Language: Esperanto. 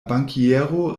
bankiero